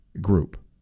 group